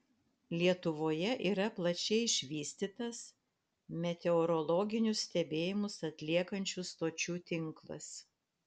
lietuvoje yra plačiai išvystytas meteorologinius stebėjimus atliekančių stočių tinklas